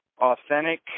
authentic